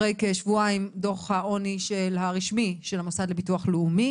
אחרי כשבועיים דוח העוני הרשמי של המוסד לביטוח לאומי.